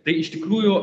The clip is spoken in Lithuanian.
tai iš tikrųjų